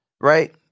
right